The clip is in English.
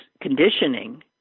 conditioning